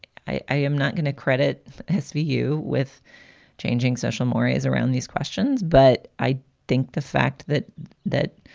i am not going to credit his view with changing social mores around these questions. but i think the fact that that,